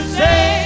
say